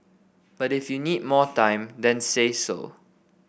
but if you need more time then say so